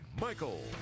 Michael